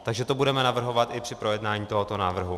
Takže to budeme navrhovat i při projednání tohoto návrhu.